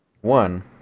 One